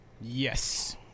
Yes